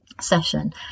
session